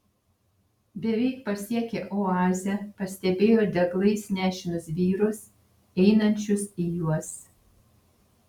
beveik pasiekę oazę pastebėjo deglais nešinus vyrus einančius į juos